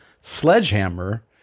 Sledgehammer